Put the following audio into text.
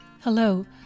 Hello